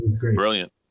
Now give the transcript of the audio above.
brilliant